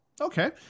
okay